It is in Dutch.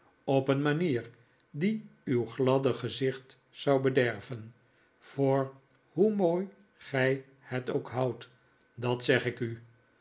op een manier die uw gladde gezicht zou bederven voor hoe mooi gij het ook houdt dat zeg ik u